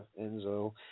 Enzo